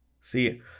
see